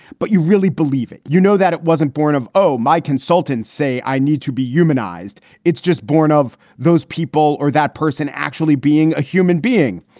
but you really believe it. you know, that it wasn't born of, oh, my consultants say i need to be humanized. it's just born of those people or that person actually being a human being.